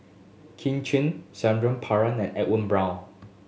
Kin Chui and Edwin Brown